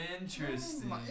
Interesting